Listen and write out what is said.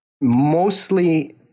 Mostly